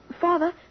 Father